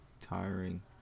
tiring